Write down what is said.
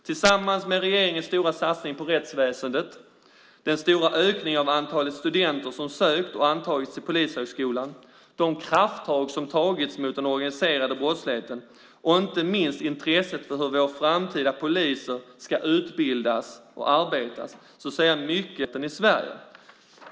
Tillsammans med regeringens stora satsning på rättsväsendet, den stora ökningen av antalet studenter som sökt och antagits till polishögskolan, de krafttag som tagits mot den organiserade brottsligheten och inte minst intresset för hur våra framtida poliser ska utbildas och arbeta ser jag mycket positivt på den framtida polisverksamheten i Sverige.